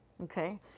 Okay